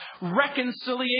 Reconciliation